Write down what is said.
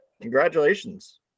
congratulations